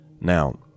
Now